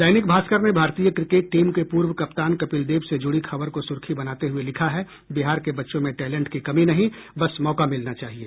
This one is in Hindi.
दैनिक भास्कर ने भारतीय क्रिकेट टीम के पूर्व कप्तान कपिल देव से जुड़ी खबर को सुर्खी बनाते हुये लिखा है बिहार के बच्चों में टैलेंट की कमी नहीं बस मौका मिलना चाहिए